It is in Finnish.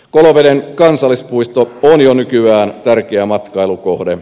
koloveden kansallispuisto on jo nykyään tärkeä matkailukohde